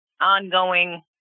ongoing